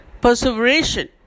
perseveration